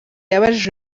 yabajije